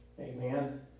Amen